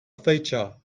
feature